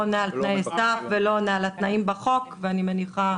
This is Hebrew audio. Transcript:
עונה על תנאי הסף ולא עונה על התנאים בחוק ואני מניחה.